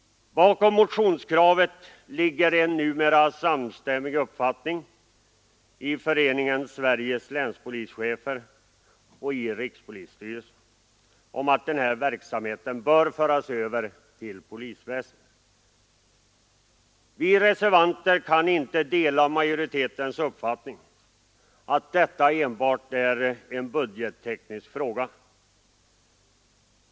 Bakom motionskravet ligger en numera samstämmig uppfattning i Föreningen Sveriges länspolischefer och i rikspolisstyrelsen om att den här verksamheten bör föras över till polisväsendet. Vi reservanter kan inte dela majoritetens uppfattning att detta enbart är en budgetteknisk fråga.